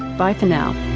bye for now